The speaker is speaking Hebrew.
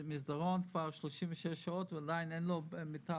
במסדרון כבר 36 שעות ועדיין אין לו מיטה